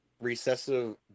recessive